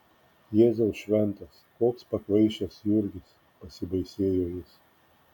jėzau šventas koks pakvaišęs jurgis pasibaisėjo jis